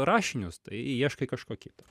rašinius tai ieškai kažko kito